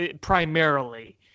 primarily